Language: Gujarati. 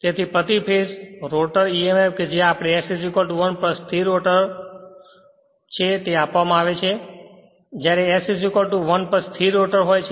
તેથી પ્રતિ ફેજ રોટર emf કે જે s1 પર સ્થિર રોટર છે તે આપવામાં આવે છે જ્યારે s 1 પર સ્થિર રોટર હોય છે